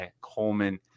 Coleman